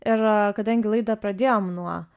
ir kadangi laidą pradėjom nuo